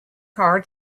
car